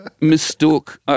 mistook